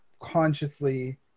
consciously